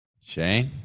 Shane